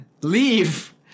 leave